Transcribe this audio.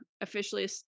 officially